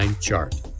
chart